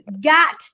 got